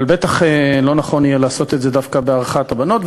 אבל בטח לא נכון יהיה לעשות את זה דווקא בהארכת השירות של הבנות.